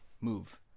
move